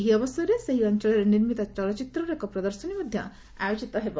ଏହି ଅବସରରେ ସେହି ଅଞ୍ଚଳରେ ନିର୍ମିତ ଚଳଚ୍ଚିତ୍ରର ଏକ ପ୍ରଦର୍ଶନୀ ମଧ୍ୟ ଆୟୋଜିତ ହେଉଛି